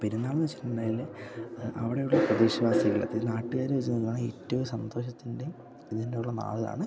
പെരുന്നാളെന്നു വച്ചിട്ടുണ്ടെങ്കിൽ അവിടെയുള്ള പ്രദേശവാസികൾ ഇത് നാട്ടുകാർ വെച്ചു നോക്കുകയാണെങ്കിൽ എറ്റവും സന്തോഷത്തിൻ്റെ ഇതിനുള്ള നാളാണ്